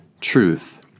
truth